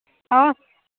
और